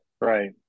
Right